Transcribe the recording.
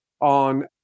on